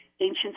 ancient